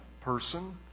person